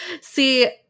See